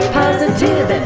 positive